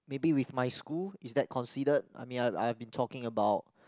maybe with my school is that considered I mean I have been talking about